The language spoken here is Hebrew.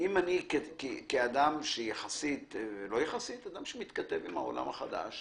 אני אדם שמתכתב עם העולם החדש